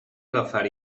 agafar